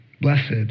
blessed